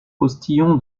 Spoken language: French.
postillon